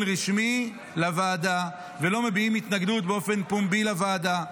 רשמי לוועדה ולא מביעים התנגדות באופן פומבי בוועדה.